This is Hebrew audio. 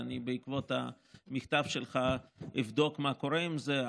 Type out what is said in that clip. ובעקבות המכתב שלך אני אבדוק מה קורה עם זה.